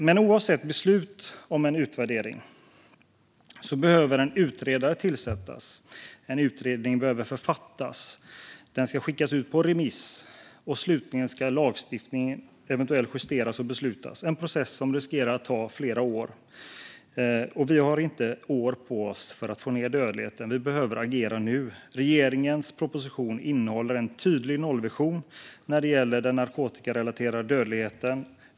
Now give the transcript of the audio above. Men oavsett beslut om en utvärdering behöver en utredare tillsättas. En utredning behöver författas. Den ska skickas ut på remiss. Och slutligen ska lagstiftningen eventuellt justeras och beslutas om. Det är en process som riskerar att ta flera år. Vi har inte år på oss för att få ned dödligheten. Vi behöver agera nu. Regeringens proposition innehåller en tydlig nollvision när det gäller den narkotikarelaterade dödligheten.